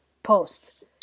post